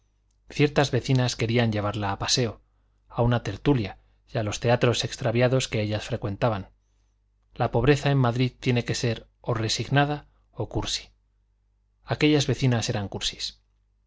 ciertas vecinas querían llevarla a paseo a una tertulia y a los teatros extraviados que ellas frecuentaban la pobreza en madrid tiene que ser o resignada o cursi aquellas vecinas eran cursis